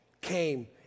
came